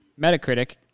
Metacritic